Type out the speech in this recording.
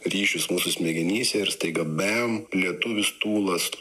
ryšius mūsų smegenyse ir staiga bem lietuvis tūlas